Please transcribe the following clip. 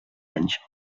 anys